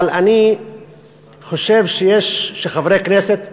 אבל אני חושב שחברי כנסת,